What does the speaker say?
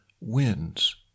wins